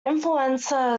influenza